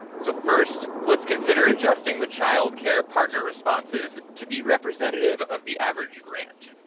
so first, let's consider adjusting the child care partner responses to be representative of the average grant.